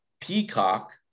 Peacock